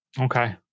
Okay